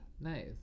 Nice